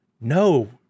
No